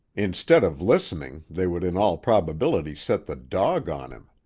instead of listening they would in all probability set the dog on him.